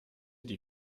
die